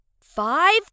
five